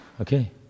Okay